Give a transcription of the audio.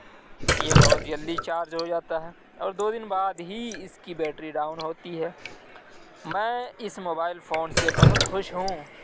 یہ بہت جلدی چارج ہو جاتا ہے اور دو دن بعد ہی اس کی بیٹری ڈاؤن ہوتی ہے میں اس موبائل فون سے بہت خوش ہوں